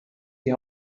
die